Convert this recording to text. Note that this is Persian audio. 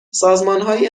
سازمانهایی